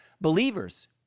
believers